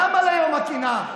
למה ליום הקנאה?